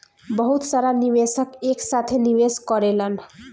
बहुत सारा निवेशक एक साथे निवेश करेलन